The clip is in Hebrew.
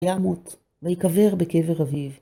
יעמות, ויקבר בקבר אביו.